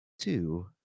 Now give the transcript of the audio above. two